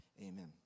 amen